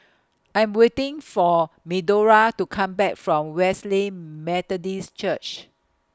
I Am waiting For Medora to Come Back from Wesley Methodist Church